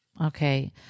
okay